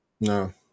No